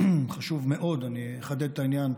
חשוב מאוד, ואני אחדד את העניין.